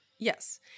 Yes